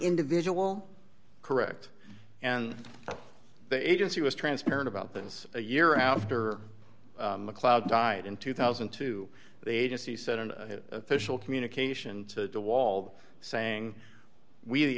individual correct and the agency was transparent about the ins a year after the cloud died in two thousand and two the agency sent an official communication to the wall saying we